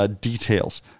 details